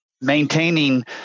Maintaining